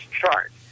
chart